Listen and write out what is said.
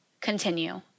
continue